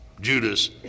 Judas